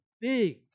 big